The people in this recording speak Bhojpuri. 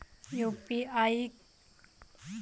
यू.पी.आई खाता से हम दुसरहु के पैसा भेज सकीला की ना?